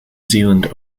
zealand